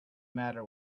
matter